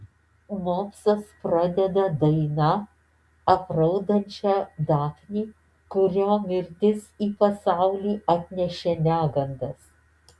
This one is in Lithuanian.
mopsas pradeda daina apraudančia dafnį kurio mirtis į pasaulį atnešė negandas